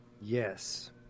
Yes